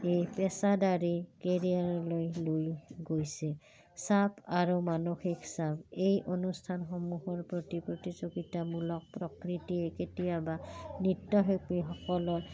এই পেছাদাৰী কেৰিয়াৰালৈ লৈ গৈছে চাপ আৰু মানসিক চাপ এই অনুষ্ঠানসমূহৰ প্ৰতি প্ৰতিযোগিতামূলক প্ৰকৃতিয়ে কেতিয়াবা নৃত্যশিল্পীসকলৰ